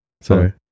Sorry